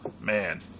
man